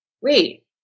wait